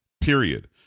period